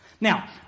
Now